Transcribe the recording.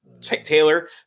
Taylor